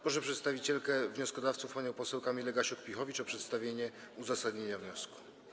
Proszę przedstawicielkę wnioskodawców panią poseł Gasiuk-Pihowicz o przedstawienie uzasadnienia wniosku.